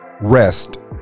rest